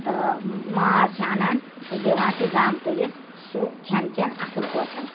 تہٕ ماز چھِ اَنان تہٕ دِوان چھِ زامتٕرِس سُہ کھٮ۪ن چٮ۪ن اَصٕل پٲٹھۍ